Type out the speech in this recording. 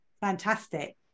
Fantastic